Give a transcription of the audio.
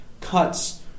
cuts